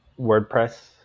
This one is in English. WordPress